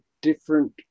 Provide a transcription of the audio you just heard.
different